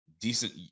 decent